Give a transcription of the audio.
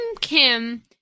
Kim